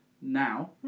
now